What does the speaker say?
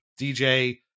DJ